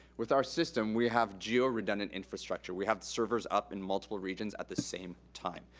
with our system, we have geo redundant infrastructure. we have the servers up in multiple regions at the same time.